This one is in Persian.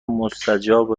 مستجاب